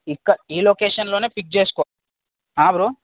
ఇక్క ఈ లొకేషన్లో పిక్ చేసుకో బ్రో